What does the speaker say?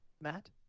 Matt